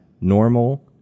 normal